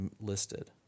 listed